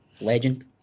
Legend